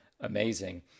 amazing